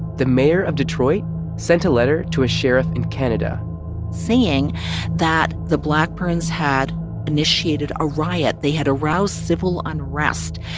the mayor of detroit sent a letter to a sheriff in canada saying that the blackburns had initiated a riot, they had aroused civil unrest,